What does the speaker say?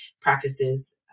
practices